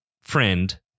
friend